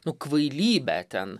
nu kvailybę ten